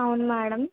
అవును మేడం